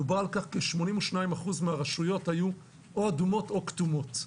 כאשר 82 אחוזים מהרשויות היו או אדומות או כתומות.